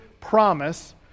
promise